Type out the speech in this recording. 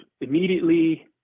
immediately